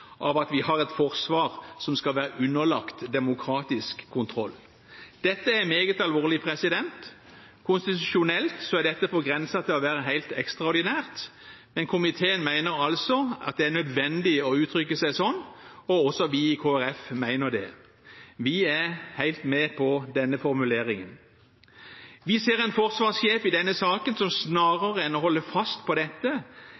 av at vi har et forsvar som skal være underlagt demokratisk kontroll. Dette er meget alvorlig. Konstitusjonelt er dette på grensen til å være helt ekstraordinært, men komiteen mener altså at det er nødvendig å uttrykke seg sånn, og også vi i Kristelig Folkeparti mener det. Vi er helt med på denne formuleringen. Vi ser en forsvarssjef i denne saken som